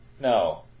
No